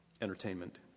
entertainment